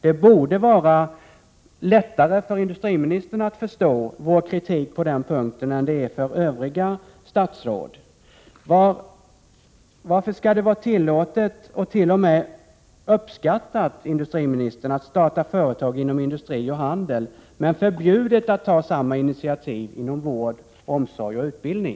Det borde vara lättare för industriministern att förstå vår kritik på den punkten än det är för övriga statsråd. Varför skall det vara tillåtet och t.o.m. uppskattat, industriministern, att starta företag inom industri och handel men förbjudet att ta samma initiativ inom vård, omsorg och utbildning?